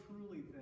truly